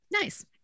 Nice